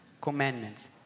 Commandments